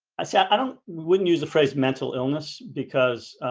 i said i don't wouldn't use the phrase mental illness because